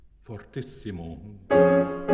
fortissimo